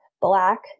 black